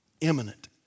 Imminent